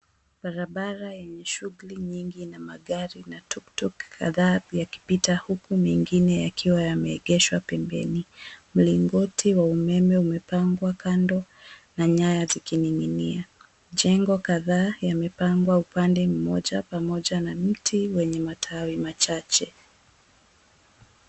Barabara yenye shughuli nyingi ina magari na tuktuk kadhaa yakipita huku mengine yakiwa yameengeshwa pembeni. Mlingoti wa umeme umepangwa kando na nyaya zikining'inia juu. Majengo kadhaa yamepangwa upande mmoja yakiwa na mti wenye matawi machache.